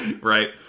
right